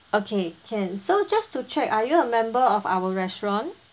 okay can so just to check are you a member of our restaurant